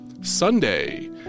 Sunday